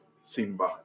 Simba